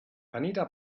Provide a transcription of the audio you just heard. anita